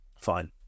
Fine